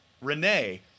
Renee